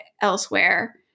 elsewhere